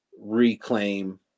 reclaim